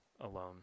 alone